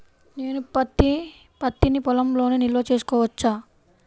నేను పత్తి నీ పొలంలోనే నిల్వ చేసుకోవచ్చా?